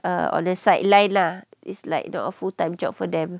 uh on the side line lah it's like the a full time job for them